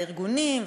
והארגונים,